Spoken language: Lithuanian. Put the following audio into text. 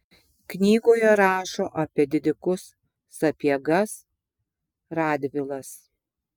knygoje rašo apie didikus sapiegas radvilas